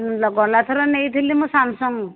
ଗଲାଥର ମୁଁ ନେଇଥିଲି ସାମସଙ୍ଗ